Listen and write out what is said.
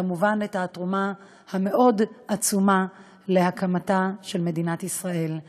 וכמובן את התרומה המאוד-עצומה להקמתה של מדינת ישראל.